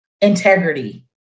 integrity